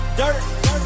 dirt